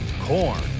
Corn